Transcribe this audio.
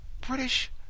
British